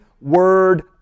word